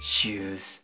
Shoes